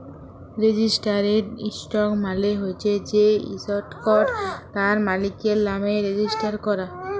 registered stock মালে হচ্যে যে ইসটকট তার মালিকের লামে রেজিস্টার ক্যরা